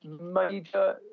major